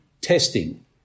testing